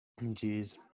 Jeez